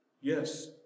Yes